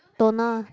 toner